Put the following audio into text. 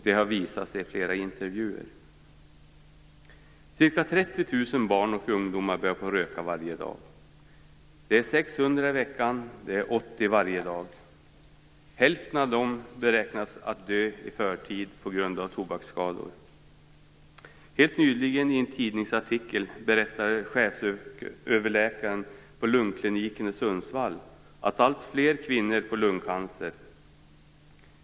Det har flera intervjuer visat. Ca 30 000 barn och ungdomar börjar röka varje år. Det är 600 i veckan och 80 varje dag. Hälften av dem beräknas dö i förtid på grund av tobaksskador. I en tidningsartikel helt nyligen berättade chefsöverläkaren vid lungkliniken i Sundsvall att alltfler kvinnor får lungcancer.